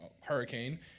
hurricane